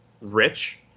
rich